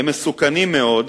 ושהם מסוכנים מאוד.